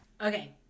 Okay